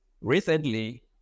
recently